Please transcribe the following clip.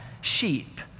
sheep